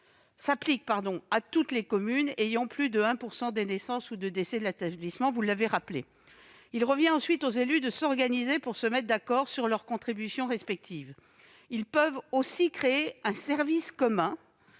s'applique à toutes les communes ayant plus de 1 % de naissances ou de décès dans l'établissement. Il revient ensuite aux élus de s'organiser pour se mettre d'accord sur leurs contributions respectives. Ils peuvent aussi créer un service commun